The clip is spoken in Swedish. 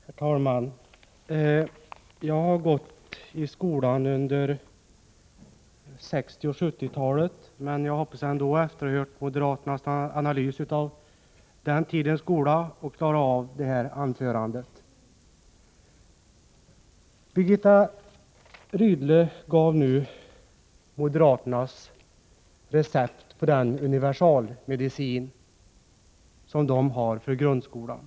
Herr talman! Jag har gått i skola under 1960 och 1970-talen, men jag hoppas ändå, trots att jag har hört moderaternas analys av den tidens skola, att jag skall klara av att hålla detta anförande. Birgitta Rydle gav nu moderaternas recept på den universalmedicin som de har för grundskolan.